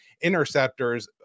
interceptors